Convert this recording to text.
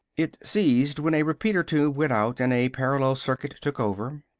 it ceased when a repeater-tube went out and a parallel circuit took over.